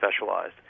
specialized